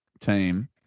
team